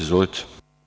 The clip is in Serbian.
Izvolite.